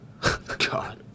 God